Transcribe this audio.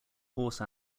horse